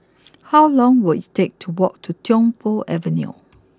how long will it take to walk to Tiong Poh Avenue